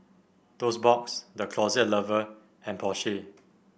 Toast Box The Closet Lover and Porsche